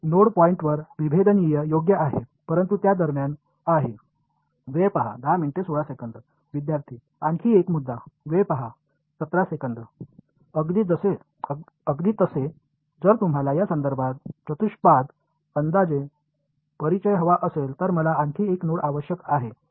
node पॉईंटवर विभेदनीय योग्य आहे परंतु त्या दरम्यान आहे विद्यार्थी आणखी एक मुद्दा अगदी तसे जर तुम्हाला या संदर्भात चतुष्पाद अंदाजे परिचय हवा असेल तर मला आणखी एक नोड आवश्यक आहे